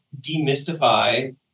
demystify